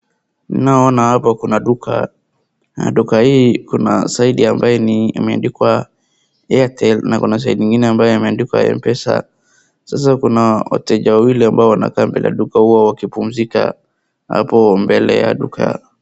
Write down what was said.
Naona hapa kuna duka. Na duka hii kuna side amabye imeandikwa Airtel na kuna side ingine ambaye imeandikwa Mpesa. Sasa kuna wateja wawili ambao wanaka mbele ya duka huo wakipumza hapo mbele ya duka.